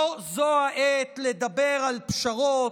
לא זו העת לדבר על פשרות,